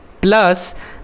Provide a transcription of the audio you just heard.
plus